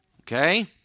Okay